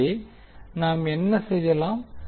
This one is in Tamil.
எனவே நாம் என்ன செய்யலாம்